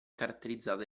caratterizzato